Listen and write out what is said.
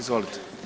Izvolite.